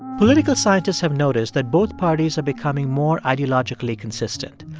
political scientists have noticed that both parties are becoming more ideologically consistent.